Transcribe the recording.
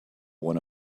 one